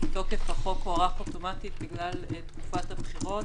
תוקף החוק הוארך אוטומטית בגלל תקופת הבחירות